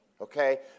okay